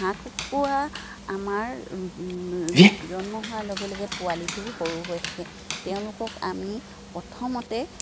হাঁহ কুকুৰা আমাৰ জন্ম হোৱাৰ লগে লগে পোৱালিটো সৰু হৈ থাকে তেওঁলোকক আমি প্ৰথমতে